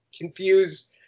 confuse